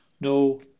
No